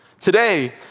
Today